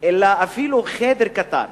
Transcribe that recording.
אלא אפילו חדר קטן,